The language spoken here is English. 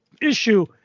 issue